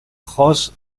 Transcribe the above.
josh